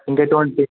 ఇంకెటువంటి